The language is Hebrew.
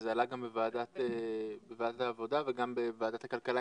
זה עלה גם בוועדת העבודה וגם בוועדת הכלכלה,